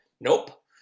nope